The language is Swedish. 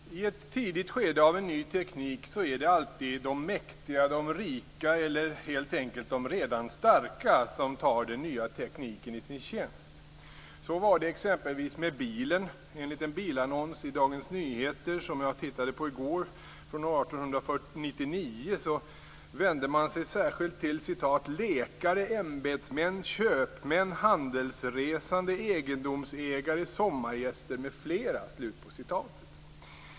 Herr talman! I ett tidigt skede av en ny teknik är det alltid de mäktiga, de rika eller helt enkelt de redan starka som tar den nya tekniken i sin tjänst. Så var det exempelvis med bilen. En bilannons i Dagens Nyheter från år 1899, som jag tittade på i går, vände sig särskilt till "Läkare, Embetsmän, Köpmän, Handelsresande, Egendomsägare, Sommargäster m fl".